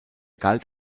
galt